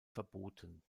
verboten